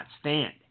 stand